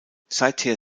seither